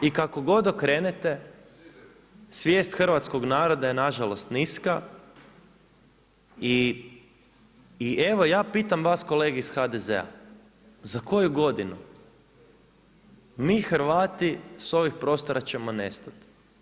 I kako god okrenete svijest hrvatskog naroda je na žalost niska i evo ja pitam vas kolege iz HDZ-a za koju godinu mi Hrvati sa ovih prostora ćemo nestati.